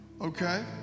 Okay